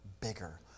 bigger